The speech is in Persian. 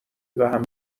بهم